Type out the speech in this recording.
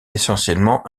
essentiellement